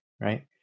right